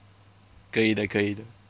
可以的可以的